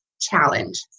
challenge